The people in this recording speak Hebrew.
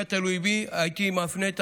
הייתי מפנה את